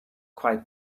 quite